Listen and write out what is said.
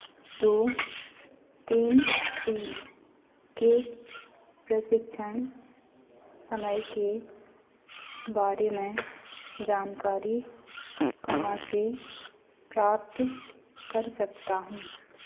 दो तीन तीन के प्रशिक्षण समय के बारे में जानकारी कहाँ से प्राप्त कर सकता हूँ